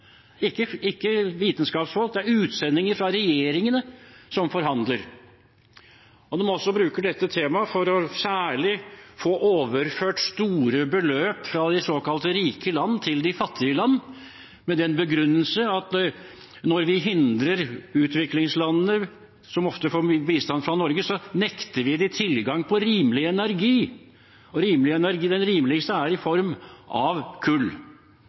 ikke vitenskapsfolk, men utsendinger fra regjeringene – som forhandler. Man bruker også dette temaet for – særlig – å få overført store beløp fra de såkalte rike land til de fattige land med den begrunnelse at når vi hindrer utviklingslandene, som ofte får bistand fra Norge, nekter vi dem tilgang på rimelig energi. Rimelig energi, den rimeligste, er i form av kull,